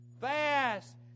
Fast